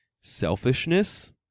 Selfishness